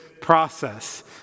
process